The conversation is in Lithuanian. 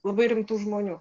labai rimtų žmonių